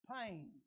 pain